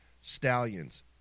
stallions